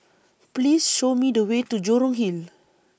Please Show Me The Way to Jurong Hill